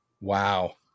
Wow